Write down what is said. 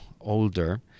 older